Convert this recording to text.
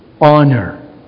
Honor